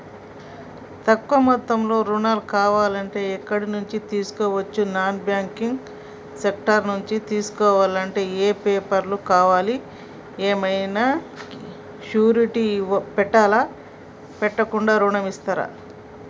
తక్కువ మొత్తంలో ఋణం కావాలి అంటే ఎక్కడి నుంచి తీసుకోవచ్చు? నాన్ బ్యాంకింగ్ సెక్టార్ నుంచి తీసుకోవాలంటే ఏమి పేపర్ లు కావాలి? ఏమన్నా షూరిటీ పెట్టాలా? పెట్టకుండా ఋణం ఇస్తరా?